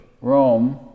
Rome